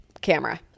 camera